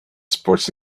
sports